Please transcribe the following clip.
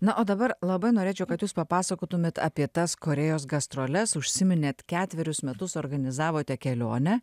na o dabar labai norėčiau kad jūs papasakotumėt apie tas korėjos gastroles užsiminėt ketverius metus organizavote kelionę